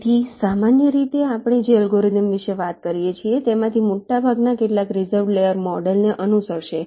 તેથી સામાન્ય રીતે આપણે જે અલ્ગોરિધમ વિશે વાત કરીએ છીએ તેમાંથી મોટાભાગના કેટલાક રિઝર્વ્ડ લેયર મોડેલને અનુસરશે